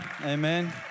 Amen